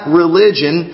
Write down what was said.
religion